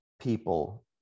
people